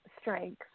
strength